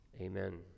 Amen